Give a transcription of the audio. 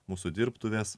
mūsų dirbtuves